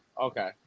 Okay